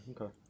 Okay